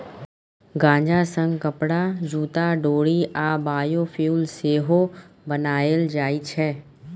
गांजा सँ कपरा, जुत्ता, डोरि आ बायोफ्युल सेहो बनाएल जाइ छै